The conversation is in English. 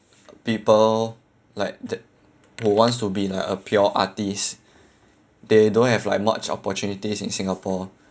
people like that who wants to be like a pure artist they don't have like much opportunities in singapore